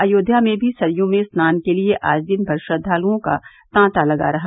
अयोध्या में भी सरयू में स्नान के लिये आज दिन भर श्रद्वालुओं का तांता लगा रहा